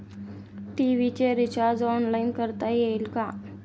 TV चे recharge online करता येईल का?